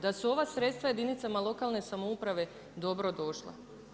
Da su ova sredstva jedinicama lokalne samouprave dobrodošla.